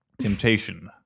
Temptation